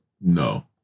no